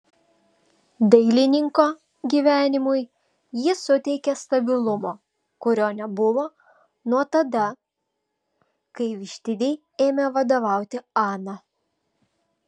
dailininko gyvenimui ji suteikė stabilumo kurio nebuvo nuo tada kai vištidei ėmė vadovauti ana